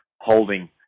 holding